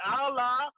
Allah